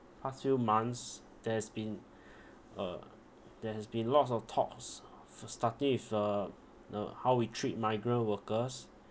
past few months there's been uh there has been lots of talks for starting is uh now how we treat migrant workers